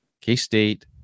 K-State